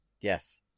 Yes